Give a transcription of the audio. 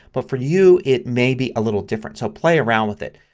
but for you it maybe a little different. so play around with it.